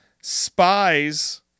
Spies